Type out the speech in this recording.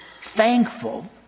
Thankful